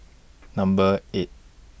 Number eight